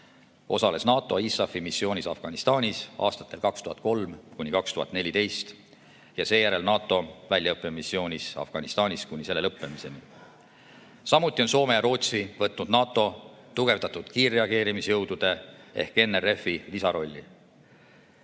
osales NATO ISAF-i missioonis Afganistanis aastatel 2003–2014 ja seejärel NATO väljaõppemissioonil Afganistanis kuni selle lõppemiseni. Samuti on Soome ja Rootsi võtnud NATO tugevdatud kiirreageerimisjõudude ehk NRF-i lisarolli.